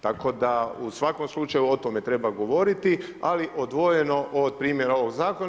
Tako da u svakom slučaju o tome treba govoriti ali odvojeno od primjera ovog zakona.